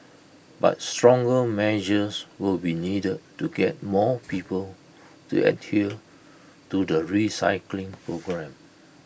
but stronger measures will be needed to get more people to adhere to the recycling program